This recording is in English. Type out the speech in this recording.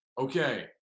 Okay